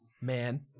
Man